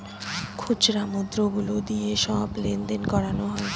খুচরো মুদ্রা গুলো দিয়ে সব লেনদেন করানো হয়